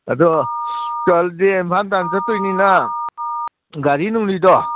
ꯑꯗꯣ ꯆꯠꯂꯗꯤ ꯏꯝꯐꯥꯜ ꯇꯥꯟꯅ ꯆꯠꯇꯣꯏꯅꯤꯅ ꯒꯥꯔꯤ ꯅꯨꯡꯂꯤꯗꯣ